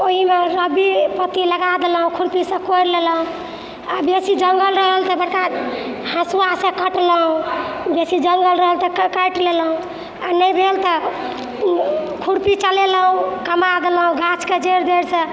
ओहिमे रबी पत्ती लगा देलहुँ खुरपीसँ कोड़ि लेलहुँ आओर बेसी जङ्गल रहल तऽ बड़का हसुआसँ काटलहुँ बेसी जङ्गल रहल तऽ काटि लेलहुँ आओर नहि भेल तऽ खुरपी चलेलहुँ कमा देलहुँ घासके जड़ि जड़िसँ